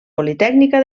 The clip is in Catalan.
politècnica